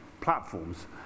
platforms